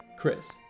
Chris